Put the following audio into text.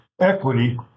Equity